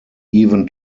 even